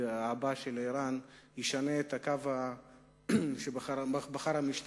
הבא של אירן הוא ישנה את הקו שבחר המשטר.